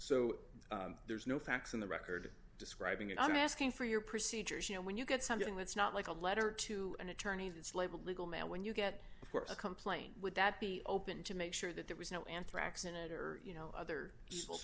so there's no facts in the record describing it i'm asking for your procedures you know when you get something that's not like a letter to an attorney's it's labeled legal mail when you get a complaint would that be opened to make sure that there was no anthrax in it or you know other